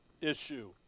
issue